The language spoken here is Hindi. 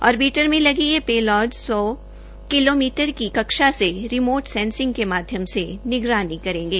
आर्बिटर में लगे यह पेलोडस सौ किलोमीटर की कक्षा से रिमोट सेंसिंग के माध्यम से निगरानी करेंगे